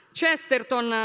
Chesterton